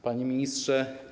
Panie Ministrze!